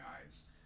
guys